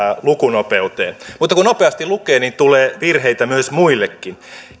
lukunopeuteen mutta kun nopeasti lukee niin tulee virheitä muillekin